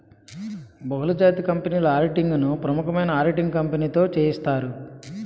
బహుళజాతి కంపెనీల ఆడిటింగ్ ను ప్రముఖమైన ఆడిటింగ్ కంపెనీతో సేయిత్తారు